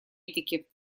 этики